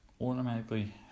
Automatically